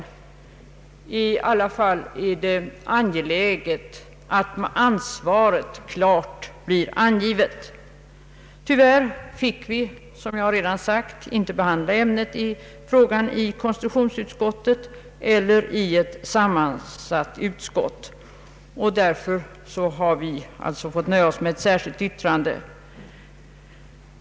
Det är i varje fall angeläget att ansvaret klart blir angivet. Tyvärr fick vi, som jag redan sagt, inte behandla ämnet i fråga i konstitutionsutskottet eller i ett sammansatt utskott. Därför har vi fått nöja oss med ett särskilt yttrande.